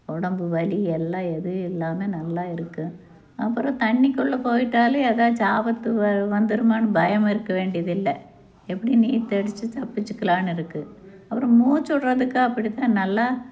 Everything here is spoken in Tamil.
உடம்பு வலியெல்லாம் எதுவும் இல்லாமல் நல்லா இருக்கும் அப்புறம் தண்ணிக்குள்ளே போய்விட்டாலே ஏதாச்சும் ஆபத்து வ வந்துடுமான்னு பயம் இருக்க வேண்டியதில்லை எப்படி நீச்சடிச்சி தப்பிச்சுக்கிலானு இருக்குது அப்புறம் மூச்சு விடுறதுக்கு அப்படி தான் நல்ல